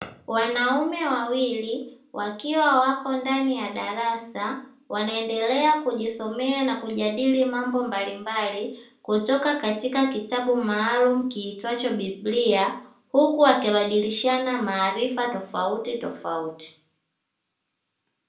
Wanaume wawili wakiwa wapo ndani ya darasa wanaendelea kujisomea na kujadili mambo mbalimbali kutoka katika kitabu maalumu kiitwacho biblia huku wakibadilishana maarifa tofautitofauti